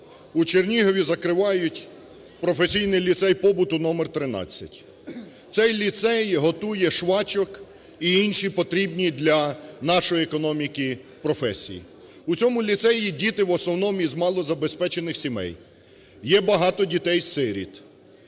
У Чернігові закривають професійний ліцей побуту № 13. Цей ліцей готує швачок і інші потрібні для нашої економіки професії. У цьому ліцеї діти в основному із малозабезпечених сімей, є багато дітей-сиріт,